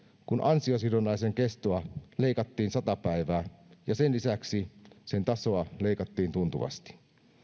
kun ansiosidonnaisen kestoa leikattiin sata päivää ja sen lisäksi sen tasoa leikattiin tuntuvasti